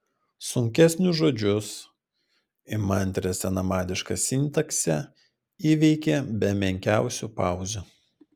sunkesnius žodžius įmantrią senamadišką sintaksę įveikė be menkiausių pauzių